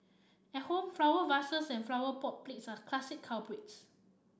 at home flower vases and flower pot plates are classic culprits